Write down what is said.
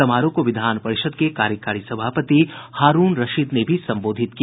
समारोह को विधान परिषद् के कार्यकारी सभापति हारूण रशीद ने भी संबोधित किया